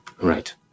Right